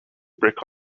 brick